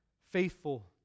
faithful